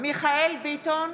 מיכאל מרדכי ביטון,